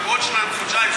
ובעוד חודשיים,